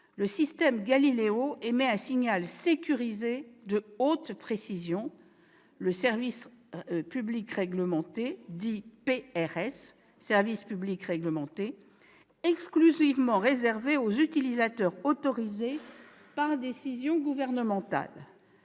le système Galileo émet un signal sécurisé de haute précision, le service public réglementé, dit « PRS », exclusivement réservé aux utilisateurs autorisés par décision gouvernementale.